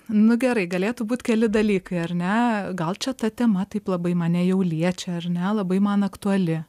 nu gerai galėtų būt keli dalykai ar ne gal čia ta tema taip labai mane jau liečia ar ne labai man aktuali